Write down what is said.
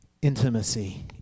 Intimacy